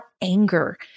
anger